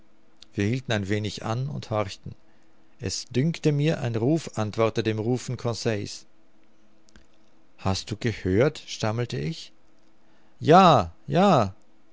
hielten ein wenig an und horchten es dünkte mir ein ruf antworte dem rufen conseil's hast du gehört stammelte ich ja ja